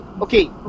okay